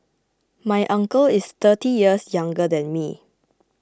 my uncle is thirty years younger than me